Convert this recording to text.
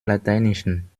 lateinischen